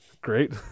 Great